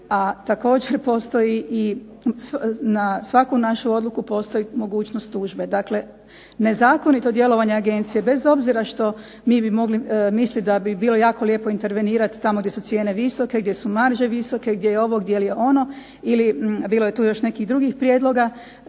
a također postoji na svaku našu odluku postoji mogućnost tužbe. Dakle, nezakonito djelovanje agencije bez obzira što mi bi mogli misliti da bi bilo jako lijepo intervenirati tamo gdje su cijene visoke, gdje su marže visoke, gdje je ovo, gdje li je ono. Ili bilo je tu još nekih drugih prijedloga.